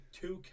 two